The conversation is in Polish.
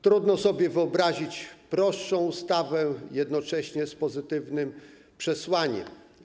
Trudno sobie wyobrazić prostszą ustawę, jednocześnie z pozytywnym przesłaniem.